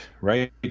right